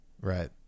Right